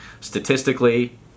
Statistically